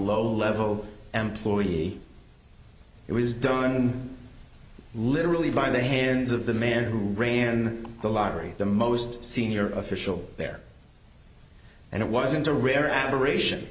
low level employee it was done literally by the hands of the man who ran the lottery the most senior official there and it wasn't a rare aberration